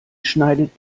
schneidet